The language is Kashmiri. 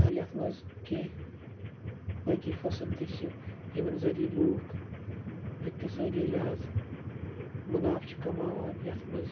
تہٕ یَتھ منٛز کیٚنٛہہ بٲقی فصٕل تہِ چھِ یِمَن ذٔریعہٕ لوٗکھ اِقتصٲدی لحاظہٕ مُنافعہٕ چھِ کَماوان یَتھ منٛز